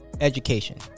education